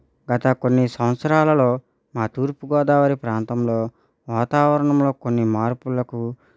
గత కొన్ని సంవత్సరాలలో మా తూర్పుగోదావరి ప్రాంతంలో వాతావరణంలో కొన్ని మార్పులకు